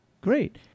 Great